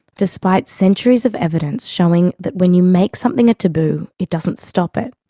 despite centuries of evidence showing that when you make something a taboo, it doesn't stop it,